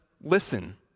listen